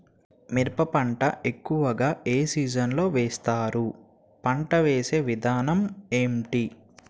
మిరప పంట ఎక్కువుగా ఏ సీజన్ లో వేస్తారు? పంట వేసే విధానం ఎంటి?